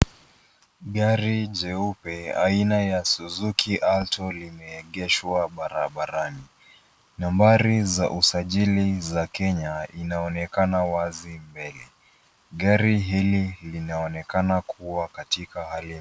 Gari jeupe aina ya Suzuki Alto limeegeshwa barabarani. Nambari za usajili za Kenya inaonekana wazi mbele. Gari hili linaonekana kuwa katika hali nzuri.